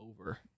over